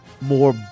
more